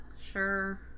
Sure